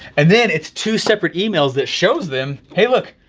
and then it's two separate emails that shows them, hey, look,